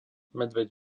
medveď